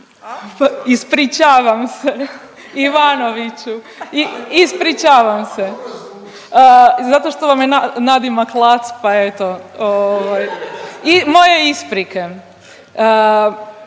ispričavam se, Ivanoviću, ispričavam se. Zato što vam je nadimak Laco pa eto, ovaj. Moje isprike.